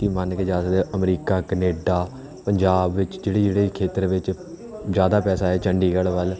ਕਿ ਮੰਨ ਕੇ ਜਾ ਸਕਦੇ ਅਮਰੀਕਾ ਕਨੇਡਾ ਪੰਜਾਬ ਵਿੱਚ ਜਿਹੜੇ ਜਿਹੜੇ ਖੇਤਰ ਵਿੱਚ ਜ਼ਿਆਦਾ ਪੈਸਾ ਹੈ ਚੰਡੀਗੜ੍ਹ ਵੱਲ